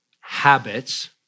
habits